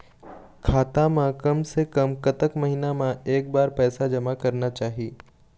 खाता मा कम से कम कतक महीना मा एक बार पैसा जमा करना चाही?